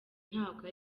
ntabwo